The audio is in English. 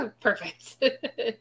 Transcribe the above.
Perfect